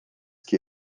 que